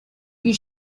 you